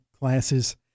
classes